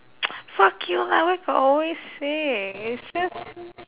fuck you lah where got always sick it's just